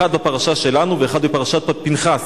אחד בפרשה שלנו ואחד בפרשת פנחס.